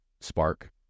spark